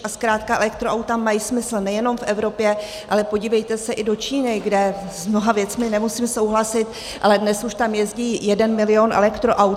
A zkrátka elektroauta mají smysl nejenom v Evropě, ale podívejte se i do Číny, kde s mnoha věcmi nemusím souhlasit, ale dnes už tam jezdí jeden milion elektroaut.